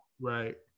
right